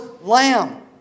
lamb